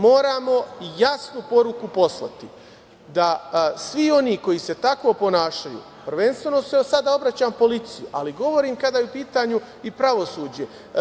Moramo jasnu poruku poslati da svi oni koji se tako ponašaju, prvenstveno se sada obraćam policiji, ali govorim i kada je u pitanju pravosuđe…